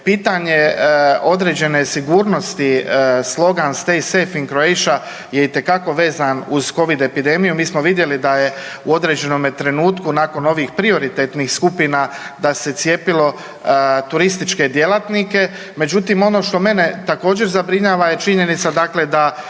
pitanje je određene sigurnosti, slogan „Stay safe in Croatia“ je itekako vezan uz covid epidemiju. Mi smo vidjeli da je u određenome trenutku nakon ovih prioritetnih skupina da se cijepilo turističke djelatnike. Međutim, ono što mene također zabrinjava je činjenica dakle